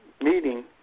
meeting